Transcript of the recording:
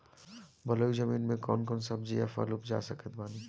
बलुई जमीन मे कौन कौन सब्जी या फल उपजा सकत बानी?